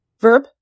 Verb